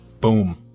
Boom